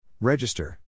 Register